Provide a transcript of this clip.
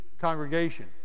congregation